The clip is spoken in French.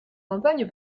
campagne